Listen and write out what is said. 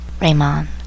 Raymond